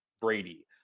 Brady